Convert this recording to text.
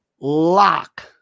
lock